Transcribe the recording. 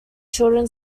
children